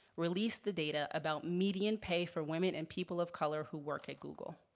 release the data about median pay for women and people of color who work at google.